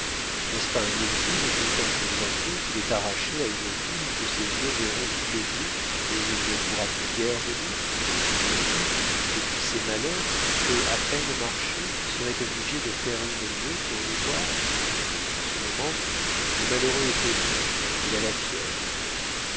n'est-ce pas un exil d'autant plus affreux qu'il est arraché à une ville que ses yeux verront tous les jours et où il ne pourra plus guère venir lui qui depuis ses malheurs peut à peine marcher serait obligé de faire une lieue pour nous voir en ce moment le malheureux est au lit il a la fièvre